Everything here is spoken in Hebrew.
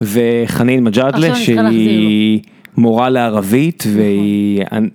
וחנין מג'אדלה שהיא מורה לערבית והיא...